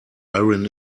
iron